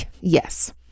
yes